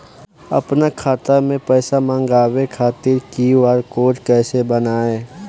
आपन खाता मे पैसा मँगबावे खातिर क्यू.आर कोड कैसे बनाएम?